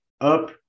up